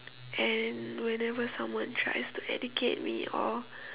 and whenever someone tries to educate me or